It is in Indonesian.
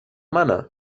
mana